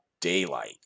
daylight